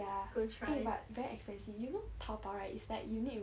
ya eh but very expensive you know 淘宝 right like you need to